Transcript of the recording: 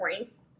points